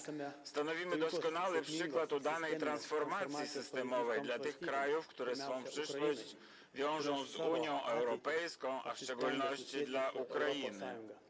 Stanowimy doskonały przykład udanej transformacji systemowej dla tych krajów, które swą przyszłość wiążą z Unią Europejską, w szczególności dla Ukrainy.